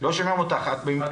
עוד לא דיברנו עליהן.